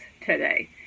today